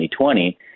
2020